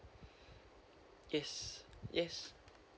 yes yes